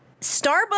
Starbucks